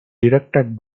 directed